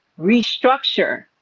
restructure